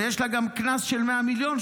ויש לה גם קנס של 100 מיליון,